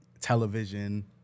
television